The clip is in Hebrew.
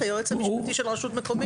את היועץ המשפטי של רשות מקומית?